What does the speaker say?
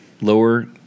lower